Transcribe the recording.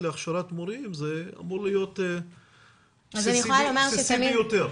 להכשרת מורים זה אמור להיות בסיסי ביותר.